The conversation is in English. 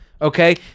Okay